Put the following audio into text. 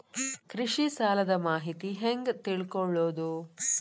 ಕೃಷಿ ಸಾಲದ ಮಾಹಿತಿ ಹೆಂಗ್ ತಿಳ್ಕೊಳ್ಳೋದು?